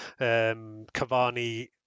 Cavani